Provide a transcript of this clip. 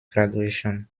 graduation